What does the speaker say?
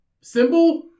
symbol